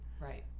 Right